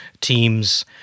Teams